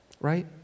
right